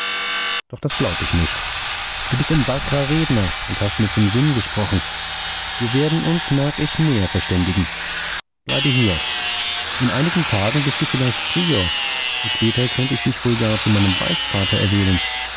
doch das glaub ich nicht du bist ein wackrer redner und hast mir zum sinn gesprochen wir werden uns merk ich näher verständigen bleibe hier in einigen tagen bist du vielleicht prior und später könnt ich dich wohl gar zu meinem beichtvater erwählen